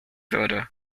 würde